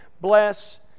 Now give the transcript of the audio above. Bless